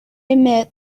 admit